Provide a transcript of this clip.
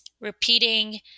repeating